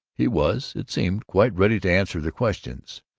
he was, it seemed, quite ready to answer their questions.